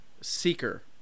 seeker